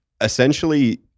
essentially